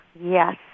Yes